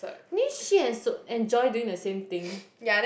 and Joy doing the same thing